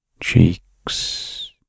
cheeks